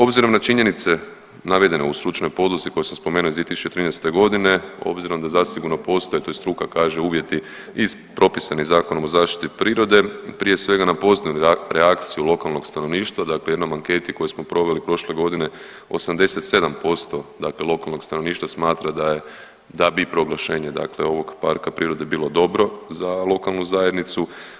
Obzirom na činjenice navedene u Stručnoj podlozi koje sam spomenuo iz 2013.g. obzirom da zasigurno postoje, to i struka kaže uvjeti iz, propisani Zakonom o zaštiti prirodi prije svega na … [[Govornik se ne razumije]] reakciju lokalnog stanovništva, dakle u jednoj anketi koju smo proveli prošle godine 87% dakle lokalnog stanovništva smatra da je, da bi proglašenje dakle ovog parka prirode bilo dobro za lokalnu zajednicu.